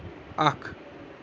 اکھ